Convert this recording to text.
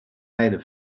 leine